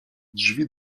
drzwi